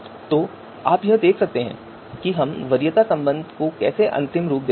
तो आप यहां देख सकते हैं कि हम वरीयता संबंध को कैसे अंतिम रूप देते हैं